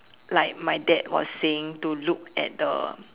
like my dad was saying to look at the